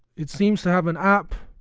it seems to have an app